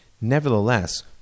Nevertheless